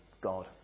God